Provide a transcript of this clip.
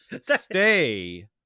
Stay